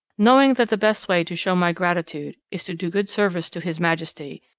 knowing that the best way to show my gratitude is to do good service to his majesty,